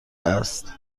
است